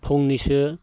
फंनैसो